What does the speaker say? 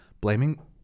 blaming